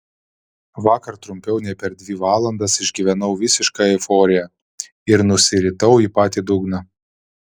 vakar trumpiau nei per dvi valandas išgyvenau visišką euforiją ir nusiritau į patį dugną